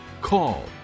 call